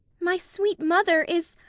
my sweet mother is